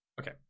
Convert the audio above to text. Okay